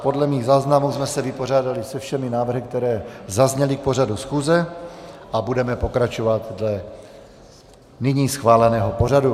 Podle mých záznamů jsme se vypořádali se všemi návrhy, které zazněly k pořadu schůze, a budeme pokračovat dle nyní schváleného pořadu.